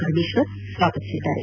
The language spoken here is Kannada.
ಪರಮೇಶ್ವರ್ ಸ್ವಾಗತಿಸಿದ್ದಾರೆ